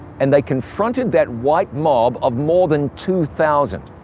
and they confronted that white mob of more than two thousand.